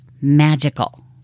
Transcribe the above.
magical